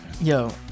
yo